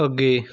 ਅੱਗੇ